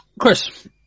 chris